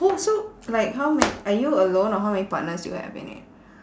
who so like how ma~ are you alone or how many partners you have in it